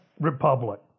Republic